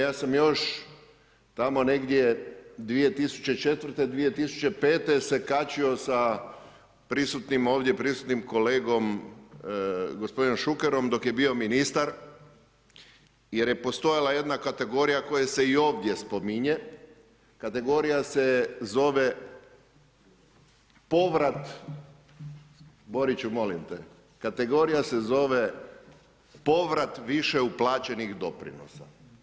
Ja sam još, tamo negdje, 2004.-2005. se kačio sa prisutnim ovdje, prisutnim kolegom gospodinom Šukerom, dok je bio ministar, jer je postojala jedna kategorija, koja se i ovdje spominje, kategorija se zove povrat, Boriću, molim te, kategorija se zove povrat više uplaćenih doprinosa.